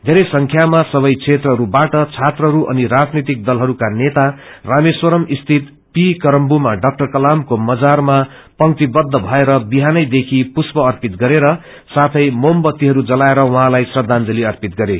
बेरै संख्यामा सवै क्षेत्रहरूबाट छात्रहरू अनि राजनीतिक दलहरूका नेता रामेश्वरम स्थित ी करंबूमा डा कलामको मजारम पंक्तिबद्ध भएर विहानै देखि पुष्ट अर्पित गरेर साथै मोमवत्तीहरू जलाएर उहाँलाई श्रदाजंली अर्पित गरे